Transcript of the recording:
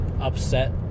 upset